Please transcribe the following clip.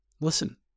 Listen